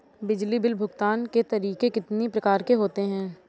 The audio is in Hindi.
बिजली बिल भुगतान के तरीके कितनी प्रकार के होते हैं?